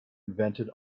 invented